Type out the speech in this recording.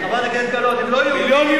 הם לא ישראלים?